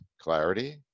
clarity